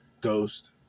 ghost